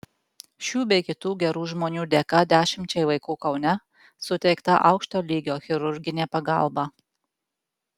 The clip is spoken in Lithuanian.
šių bei kitų gerų žmonių dėka dešimčiai vaikų kaune suteikta aukšto lygio chirurginė pagalba